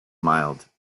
mild